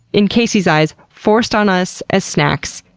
in casey's eyes, forced on us as snacks.